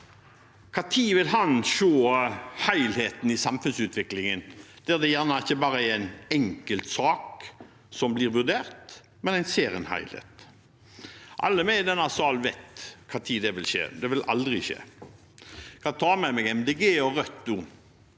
Når vil han se helheten i samfunnsutviklingen – der det gjerne ikke bare er én enkeltsak som blir vurdert, men en ser en helhet? Alle vi i denne salen vet når det vil skje – det vil aldri skje. Jeg kan ta med meg Miljøpartiet